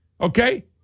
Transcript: Okay